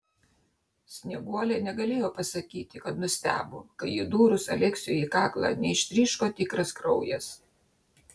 snieguolė negalėjo pasakyti kad nustebo kai įdūrus aleksiui į kaklą neištryško tikras kraujas